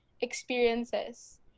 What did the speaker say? experiences